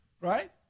right